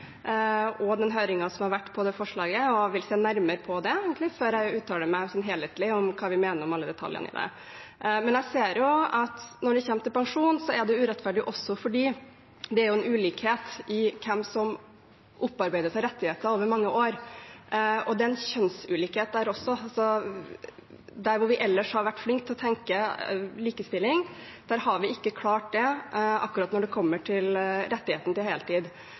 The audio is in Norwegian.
om den saken, og om de vil være med og tette hullet i pensjonssystemet og gjøre det litt mer rettferdig. Nå sitter jeg i finanskomiteen, så jeg får gleden av å jobbe ganske tett med det forslaget og høringen som har vært om forslaget. Jeg vil se nærmere på det før jeg uttaler meg helhetlig om hva vi mener om alle detaljene i det. Når det gjelder pensjon, ser jeg jo at det er urettferdig, også fordi det er en ulikhet i hvem som opparbeider seg rettigheter over mange år, og det er også en kjønnsulikhet der. Der hvor vi ellers har vært flinke til